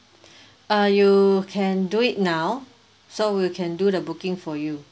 uh you can do it now so we can do the booking for you